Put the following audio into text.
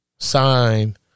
sign